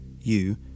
you